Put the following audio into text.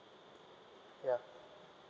ya